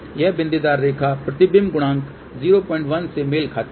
यह बिंदीदार रेखा प्रतिबिंब गुणांक 01 से मेल खाती है